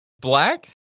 black